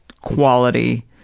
quality